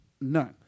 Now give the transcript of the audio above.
None